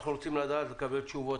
אנחנו רוצים לקבל תשובות.